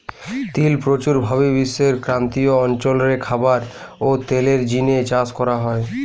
তিল প্রচুর ভাবি বিশ্বের ক্রান্তীয় অঞ্চল রে খাবার ও তেলের জিনে চাষ করা হয়